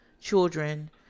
children